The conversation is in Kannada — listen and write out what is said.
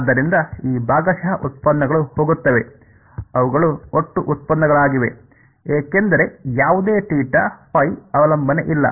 ಆದ್ದರಿಂದ ಈ ಭಾಗಶಃ ಉತ್ಪನ್ನಗಳು ಹೋಗುತ್ತವೆ ಅವುಗಳು ಒಟ್ಟು ಉತ್ಪನ್ನಗಳಾಗಿವೆ ಏಕೆಂದರೆ ಯಾವುದೇ θ ɸ ಅವಲಂಬನೆ ಇಲ್ಲ